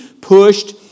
pushed